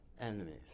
enemies